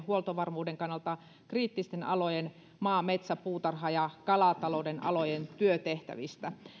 huoltovarmuuden kannalta kriittisten alojen eli maa metsä puutarha ja kalatalouden alojen työtehtävistä